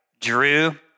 drew